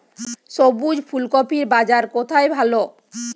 সবুজ ফুলকপির বাজার কোথায় ভালো?